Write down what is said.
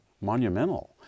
monumental